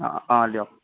অঁ অঁ দিয়ক